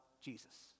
Jesus